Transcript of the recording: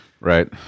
Right